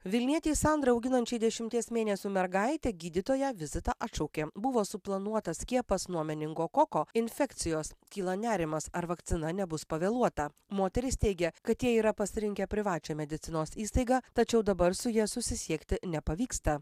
vilnietei sandrai auginančiai dešimties mėnesių mergaitę gydytoja vizitą atšaukė buvo suplanuotas skiepas nuo meningokoko infekcijos kyla nerimas ar vakcina nebus pavėluota moteris teigia kad jie yra pasirinkę privačią medicinos įstaigą tačiau dabar su ja susisiekti nepavyksta